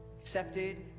accepted